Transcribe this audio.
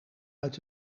uit